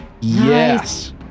Yes